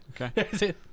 okay